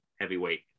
heavyweight